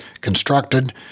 constructed